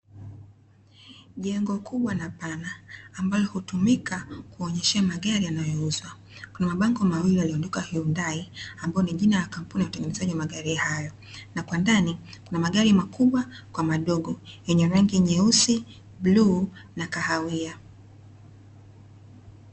Jengo kubwa na pana ambalo hutumika kuonyeshea magari yanayouzwa, kuna mabango mawili yaliyoandikwa "Hyundai" ambalo ni jina la kampuni ya utengenezaji wa magari hayo na kwa ndani kuna magari makubwa kwa madogo yenye rangi nyeusi, bluu na kahawia.